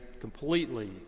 completely